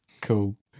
Cool